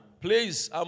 Please